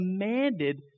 commanded